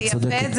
צודקת.